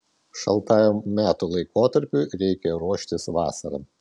šaltajam metų laikotarpiui reikia ruoštis vasarą